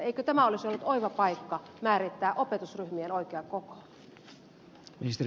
eikö tämä olisi ollut oiva paikka määrittää opetusryhmien oikea koko